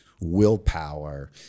willpower